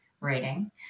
writing